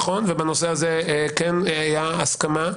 בנושא הזה כן הייתה הסכמה.